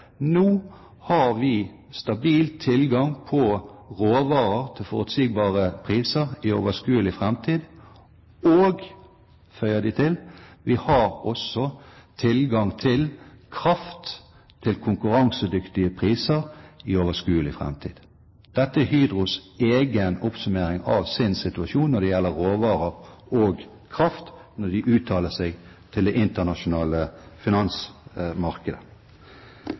Nå har vi stabil tilgang på råvarer til forutsigbare priser i overskuelig framtid, og – føyer de til – vi har også tilgang til kraft til konkurransedyktige priser i overskuelig framtid. Dette er Hydros egen oppsummering av sin situasjon når det gjelder råvarer og kraft, når de uttaler seg til det internasjonale finansmarkedet.